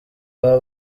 baba